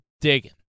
digging